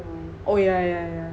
oh yeah yeah yeah